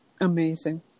Amazing